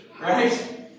Right